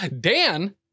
Dan